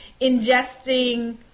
ingesting